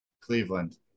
Cleveland